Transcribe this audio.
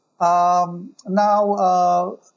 Now